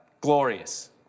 Glorious